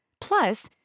Plus